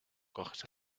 coges